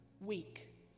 weak